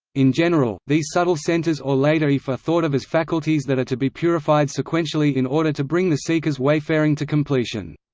in general, these subtle centers or lata'if are thought of as faculties that are to be purified sequentially in order to bring the seeker's wayfaring wayfaring to completion.